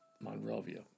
Monrovia